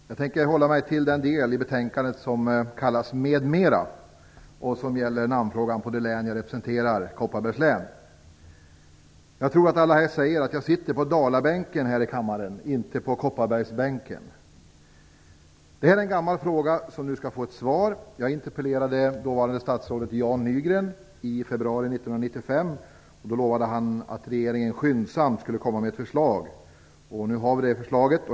Fru talman! Jag tänker hålla mig till den del i betänkandet som kallas med mera och som gäller namnfrågan på det län som jag representerar, nämligen Kopparbergs län. Jag tror att alla här säger att jag sitter på Dalabänken här i kammaren, inte på Kopparbergsbänken. Det här är en gammal fråga som nu skall få ett svar. Jag interpellerade dåvarande statsrådet Jan Nygren i februari 1995. Han lovade då att regeringen skyndsamt skulle komma med ett förslag. Nu har vi förslaget.